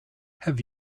have